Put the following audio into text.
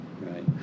right